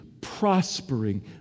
prospering